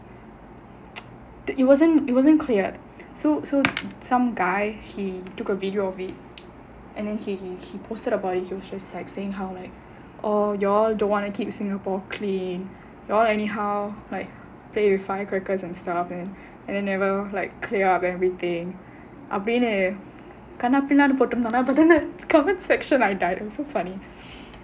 it wasn't it wasn't cleared so so some guy he took a video of it and then he he he posted about his social and he was saying how like you all don't want to keep singapore clean you all anyhow like play with firecrackers and stuff and then never like clear up everything அப்டினு கன்னா பின்னானு போட்டுருந்தனா:apdinu kannaa pinnaanu potturunthanaa the comments section I died it's so funny